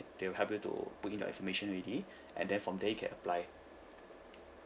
they'll help you to put in your information already and then from there you can apply